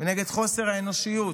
ונגד חוסר האנושיות